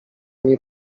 nie